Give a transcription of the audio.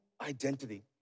identity